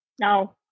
no